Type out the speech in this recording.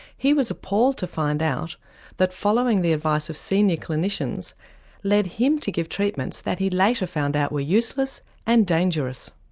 he was appalled to find out that following the advice of senior clinicians led him to give treatments that he later found out were useless and dangerous.